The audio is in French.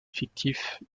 fictif